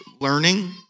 learning